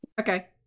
Okay